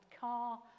car